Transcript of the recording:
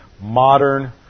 modern